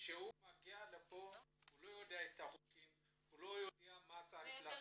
מגיע לפה לא יודע את החוקים ולא יודע מה צריך לעשות.